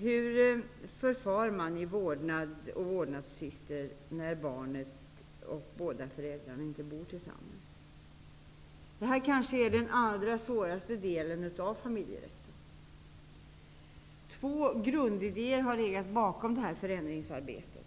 Hur förfar man i vårdnadstvister när barnet och båda föräldrarna inte bor tillsammans? Det här är kanske den allra svåraste delen av familjerätten. Två grundidéer har legat bakom förändringsarbetet.